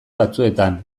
batzuetan